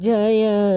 Jaya